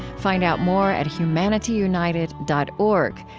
find out more at humanityunited dot org,